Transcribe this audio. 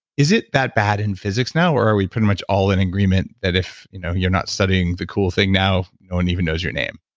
is it that bad in physics now or are we pretty much all in agreement that if you know you're not studying the cool thing now, no one even knows your name?